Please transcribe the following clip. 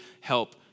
help